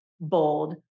bold